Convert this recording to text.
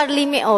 צר לי מאוד